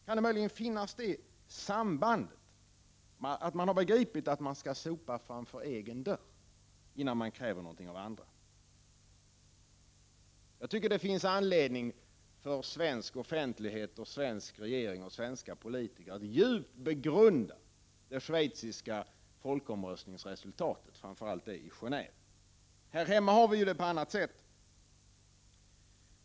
Kan det möjligen finnas det sambandet att man har begripit att man skall sopa framför egen dörr innan man kräver någonting av andra? Jag tycker det finns anledning för svensk offentlighet, den svenska regeringen och svenska politiker att djupt begrunda resultatet av den schweiziska folkomröstningen, framför allt i Geneve. Här hemma har vi det på ett annat sätt.